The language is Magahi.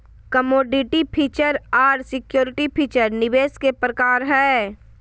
कमोडिटी फीचर आर सिक्योरिटी फीचर निवेश के प्रकार हय